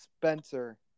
Spencer